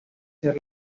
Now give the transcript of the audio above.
quiere